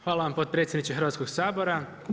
Hvala vam potpredsjedniče Hrvatskoga sabora.